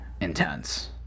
intense